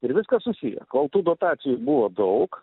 ir viskas susiję kol tų dotacijų buvo daug